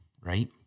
right